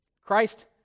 Christ